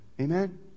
Amen